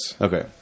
Okay